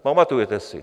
Pamatujete si?